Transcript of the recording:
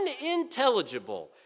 unintelligible